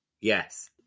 Yes